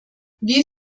wie